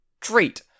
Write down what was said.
treat